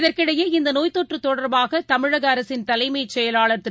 இதற்கிடையே இந்தநோய்த் தொற்றுதொடர்பாகதமிழகஅரசின் தலைமைச் செயலாளர் திரு